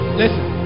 listen